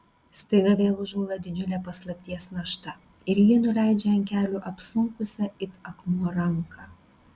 staiga vėl užgula didžiulė paslapties našta ir ji nuleidžia ant kelių apsunkusią it akmuo ranką